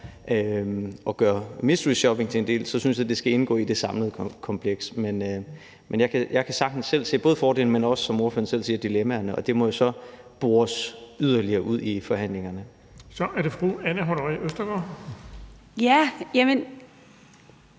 at gøre mysteryshopping til en del af det, synes jeg det skal indgå i det samlede kompleks. Men jeg kan sagtens selv se både fordele, men også, som ordføreren selv siger, dilemmaerne, og det må jo så bores yderligere ud i forhandlingerne. Kl. 17:08 Den fg. formand (Erling